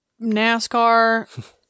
NASCAR